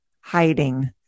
hiding